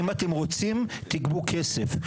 אם אתם רוצים תגבו כסף,